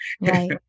right